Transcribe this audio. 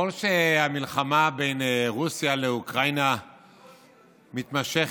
ככל שהמלחמה בין רוסיה לאוקראינה מתמשכת,